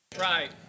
Right